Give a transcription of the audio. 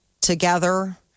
Together